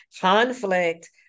conflict